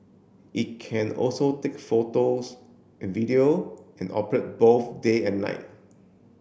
it can also take photos video and operate both day and night